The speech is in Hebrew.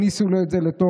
שיכניסו לו את זה לתוך